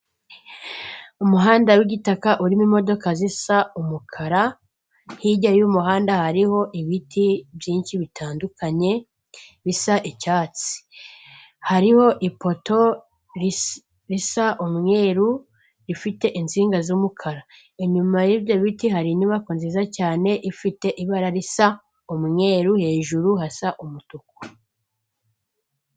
Umuhanda w'igitaka urimo imodoka zisa umukara. Hirya y'umuhanda hariho ibiti byinshi bitandukanye bisa icyatsi. Hariho ipoto risa umweru rifite insinga z'umukara. Inyuma y'ibyo biti hari inyubako nziza cyane ifite ibara risa umweru. Hejuru hasa umutuku.